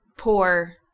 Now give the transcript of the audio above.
Poor